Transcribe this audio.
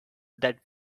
that